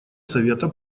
совета